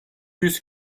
yüz